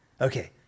Okay